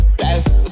best